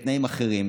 בתנאים אחרים.